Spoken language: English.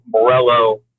morello